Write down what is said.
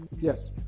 Yes